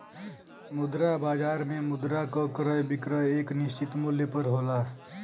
मुद्रा बाजार में मुद्रा क क्रय विक्रय एक निश्चित मूल्य पर होला